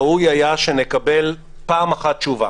ראוי היה שנקבל פעם אחת תשובה